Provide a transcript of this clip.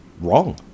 wrong